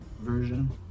version